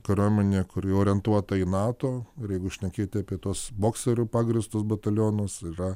kariuomenę kuri orientuota į nato ir jeigu šnekėti apie tuos bokserio pagrįstus batalionus yra